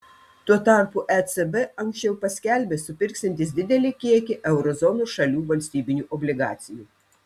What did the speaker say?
tuo tarpu ecb anksčiau paskelbė supirksiantis didelį kiekį euro zonos šalių valstybinių obligacijų